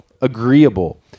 agreeable